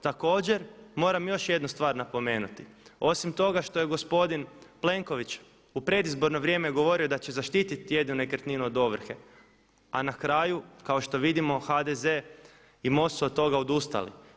Također moram još jednu stvar napomenuti, osim toga što je gospodin Plenković u predizborno vrijeme govorio da će zaštititi jedinu nekretninu od ovrhe a na kraju kao što vidimo HDZ i MOST su od toga odustali.